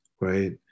right